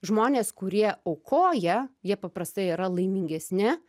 žmonės kurie aukoja jie paprastai yra laimingesni